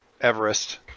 Everest